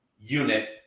unit